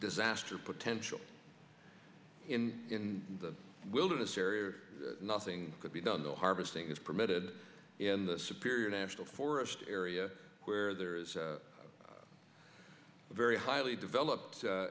disaster potential in the wilderness area or nothing could be done the harvesting is permitted in the superior national forest area where there is a very highly developed